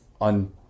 on